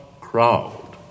crowd